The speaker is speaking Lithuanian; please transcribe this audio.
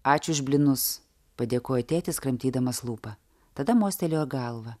ačiū už blynus padėkojo tėtis kramtydamas lūpą tada mostelėjo galva